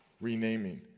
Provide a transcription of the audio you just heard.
renaming